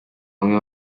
bamwe